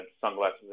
sunglasses